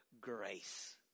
grace